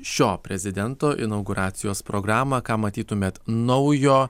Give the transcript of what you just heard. šio prezidento inauguracijos programą ką matytumėt naujo